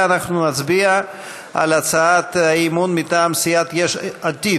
ואנחנו נצביע על הצעת האי-אמון מטעם סיעת יש עתיד.